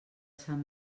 sant